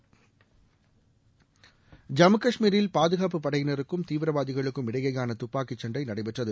ஐம்மு கஷ்மீரில் பாதுகாப்பு படையினருக்கும் தீவிரவாதிகளுக்கும் இடையேயான தப்பாக்கிச் சண்டை நடைபெற்றது